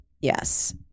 Yes